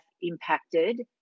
impacted